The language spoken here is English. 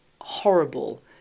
horrible